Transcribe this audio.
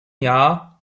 jahr